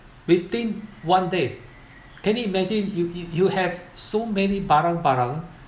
within one day can you imagine you you you have so many barang barang